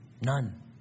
None